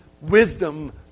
wisdom